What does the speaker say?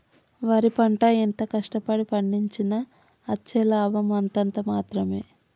వరి పంట ఎంత కష్ట పడి పండించినా అచ్చే లాభం అంతంత మాత్రవే